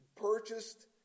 purchased